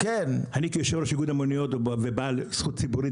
אני כיושב-ראש איגוד המוניות ובעל זכות ציבורית